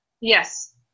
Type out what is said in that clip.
Yes